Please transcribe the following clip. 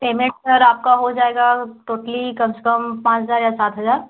payment sir आपका हो जाएगा टोटली कम से कम पाँच हज़ार या सात हज़ार